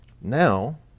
Now